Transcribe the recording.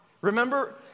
Remember